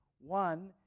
One